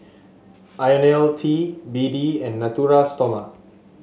IoniL T B D and Natura Stoma